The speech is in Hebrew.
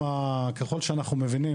ככל שאנחנו מבינים,